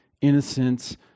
innocence